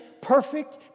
perfect